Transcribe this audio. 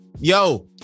Yo